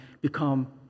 become